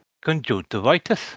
Conjunctivitis